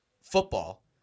football